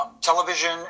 Television